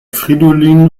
fridolin